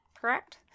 correct